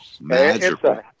Magical